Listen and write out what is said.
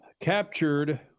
captured